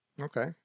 okay